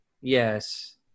Yes